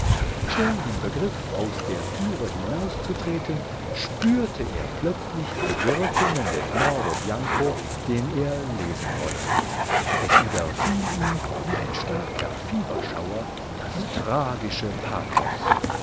schon im begriff aus der türe hinauszutreten spürte er plötzlich die wirkungen des moro bianco den er lesen wollen es überfiel ihn wie ein starker fieberschauer das tragische pathos